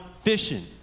fishing